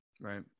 Right